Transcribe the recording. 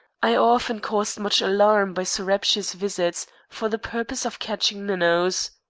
i often caused much alarm by surreptitious visits for the purpose of catching minnows.